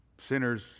Sinners